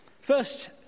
First